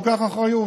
לוקח אחריות,